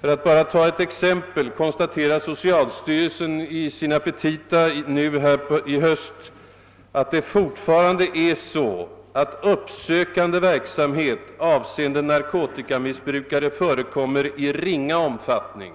För att bara ta ett exempel vill jag nämna att socialstyrelsen i sina petita nu i höst konstaterar att det fortfarande är så att uppsökande verksamhet avseende narkotikamissbrukare förekommer i ringa omfattning.